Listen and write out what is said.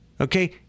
Okay